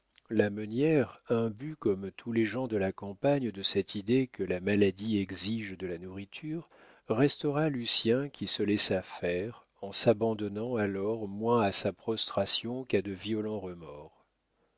la meunière imbue comme tous les gens de la campagne de cette idée que la maladie exige de la nourriture restaura lucien qui se laissa faire en s'abandonnant alors moins à sa prostration qu'à de violents remords